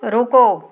ਰੁਕੋ